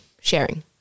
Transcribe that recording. sharing